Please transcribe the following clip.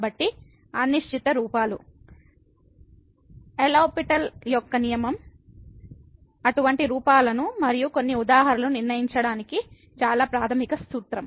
కాబట్టి అనిశ్చిత రూపాలు లో పిటెల్ యొక్క నియమం LHospitals rule అటువంటి రూపాలను మరియు కొన్ని ఉదాహరణలు నిర్ణయించడానికి చాలా ప్రాథమిక సూత్రం